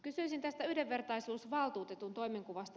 kysyisin tästä yhdenvertaisuusvaltuutetun toimenkuvasta